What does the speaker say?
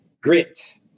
grit